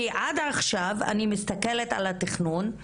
כי עד עכשיו אני מסתכלת על התכנון,